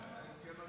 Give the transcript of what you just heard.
בגין זה הראשונה.